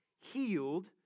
healed